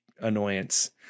annoyance